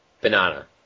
Banana